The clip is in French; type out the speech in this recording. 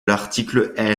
l’article